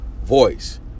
Voice